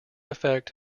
effect